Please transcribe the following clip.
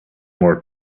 more